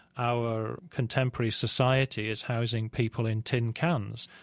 our contemporary society is housing people in tin cans,